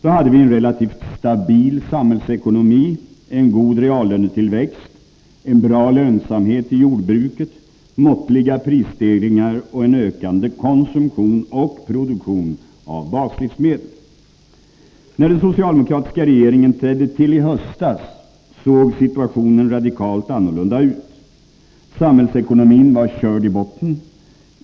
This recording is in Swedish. Då hade vi en relativt stabil samhällsekonomi, en god reallönetillväxt, en bra lönsamhet i jordbruket, måttliga prisstegringar och en ökande konsumtion och produktion av baslivsmedel. När den socialdemokratiska regeringen trädde till i höstas såg situationen radikalt annorlunda ut. Samhällsekonomin var körd i botten.